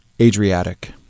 Adriatic